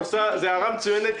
זו הערה מצוינת.